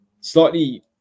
slightly